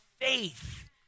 faith